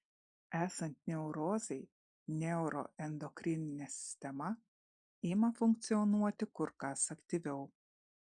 esant neurozei neuroendokrininė sistema ima funkcionuoti kur kas aktyviau